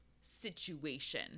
situation